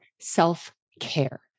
self-care